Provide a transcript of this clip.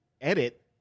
edit